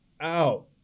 Out